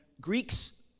Greeks